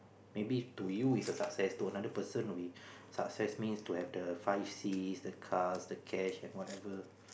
maybe to you is a success to another person would be success means to have the five Cs the cars the cash and whatever